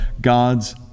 God's